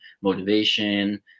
motivation